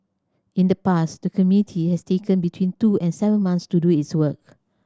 in the past the committee has taken between two and seven months to do its work